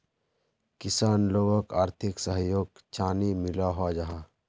किसान लोगोक आर्थिक सहयोग चाँ नी मिलोहो जाहा?